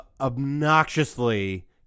obnoxiously